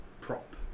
prop